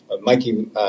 Mikey